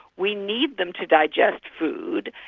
we need them to digest food.